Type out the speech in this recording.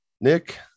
Nick